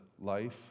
life